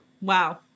Wow